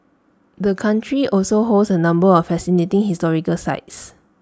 the country also holds A number of fascinating historical sites